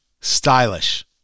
stylish